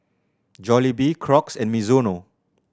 Jollibee Crocs and Mizuno